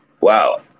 Wow